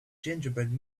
gingerbread